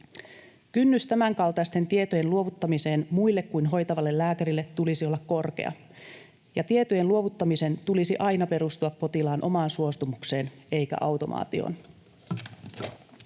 Kynnyksen tämänkaltaisten tietojen luovuttamiseen muille kuin hoitavalle lääkärille tulisi olla korkea, ja tietojen luovuttamisen tulisi aina perustua potilaan omaa suostumukseen eikä automaatioon.